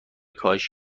کاهش